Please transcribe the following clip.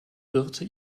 birte